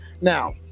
Now